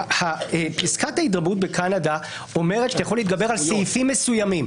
פסקת ההתגברות בקנדה אומרת שאתה יכול להתגבר על סעיפים מסוימים.